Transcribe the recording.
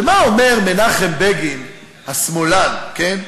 ומה אומר מנחם בגין, השמאלן, כן?